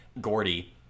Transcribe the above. Gordy